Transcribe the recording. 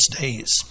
days